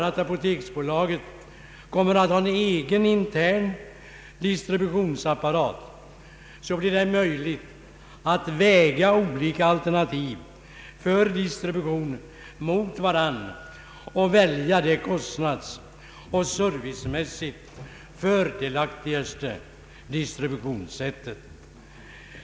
Då apoteksbolaget kommer att ha en egen intern distributionsapparat, blir det möjligt att väga olika alternativ för distributionen mot varandra och välja det kostnadsoch servicemässigt fördelaktigaste distributionssättet.